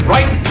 Right